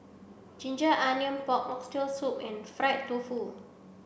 ginger onions pork oxtail soup and fried tofu